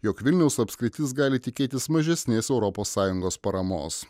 jog vilniaus apskritis gali tikėtis mažesnės europos sąjungos paramos